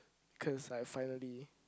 cause I finally